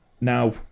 now